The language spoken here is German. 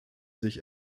sich